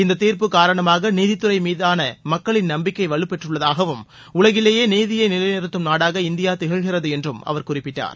இந்த தீாப்பு காரணமாக நீதித்துறை மீதான மக்களின் நம்பிக்கை வலுப்பெற்றுள்ளதாகவும் உலகிலேயே நீதியை நிலைநிறுத்தும் நாடாக இந்தியா திகழ்கிறது என்றும் அவர் குறிப்பிட்டார்